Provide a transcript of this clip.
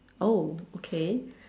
oh okay